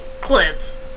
Clips